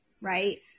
Right